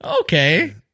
Okay